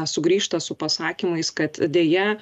sugrįžta su pasakymais kad deja